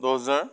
দহ হেজাৰ